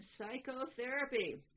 psychotherapy